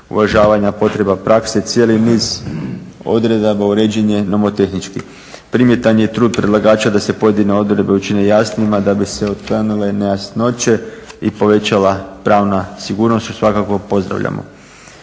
uvažavanja potreba prakse. Cijeli niz odredaba uređen je nomotehnički. Primjetan je trud predlagača da se pojedine odredbe učine jasnima da bi se otklonile nejasnoće i povećala pravnu sigurnost. To svakako pozdravljamo.